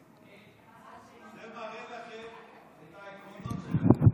זה מראה לכם את העקרונות שלהם.